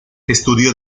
estudió